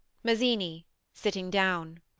mazzini sitting down.